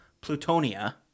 plutonia